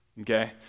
Okay